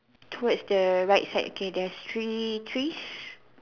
towards the right side okay there's three trees